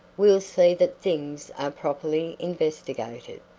we'll see that things are properly investigated.